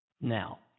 now